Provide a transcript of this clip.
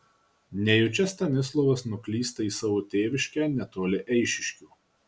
nejučia stanislovas nuklysta į savo tėviškę netoli eišiškių